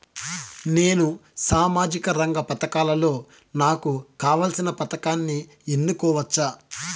నేను సామాజిక రంగ పథకాలలో నాకు కావాల్సిన పథకాన్ని ఎన్నుకోవచ్చా?